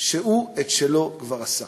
שהוא את שלו כבר עשה.